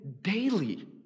daily